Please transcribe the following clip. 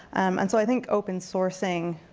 and so i think open-sourcing,